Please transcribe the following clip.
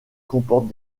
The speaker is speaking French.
comporte